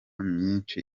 myinshi